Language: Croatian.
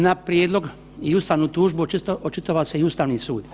Na prijedlog i ustavnu tužbu očitovao se i Ustavni sud.